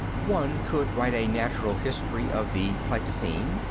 one could write a natural history of the pleistocene,